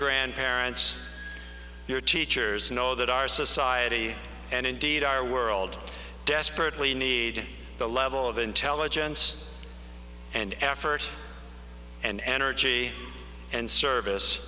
grandparents your teachers know that our society and indeed our world desperately need the level of intelligence and effort and energy and service